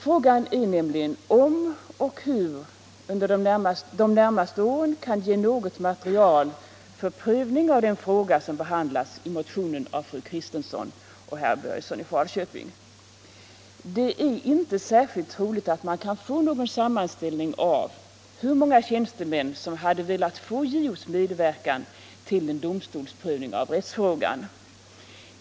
Problemet är nämligen, om och hur de närmaste åren kan ge något. material för prövning av den fråga som behandlas i motionen av fru Kristensson och herr Börjesson i Falköping. Det är inte särskilt troligt att man kan få någon sammanställning av hur många tjänstemän som hade velat få JO:s medverkan till en domstolsprövning av rättsfrågan.